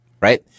Right